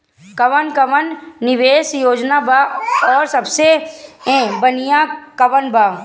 कवन कवन निवेस योजना बा और सबसे बनिहा कवन बा?